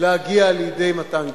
להגיע לידי מתן גט.